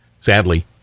Sadly